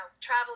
travel